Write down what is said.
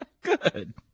good